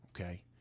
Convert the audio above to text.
okay